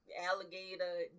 alligator